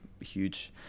huge